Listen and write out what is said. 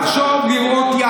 מערכת הבחירות שלו.